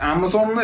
Amazon